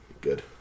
Good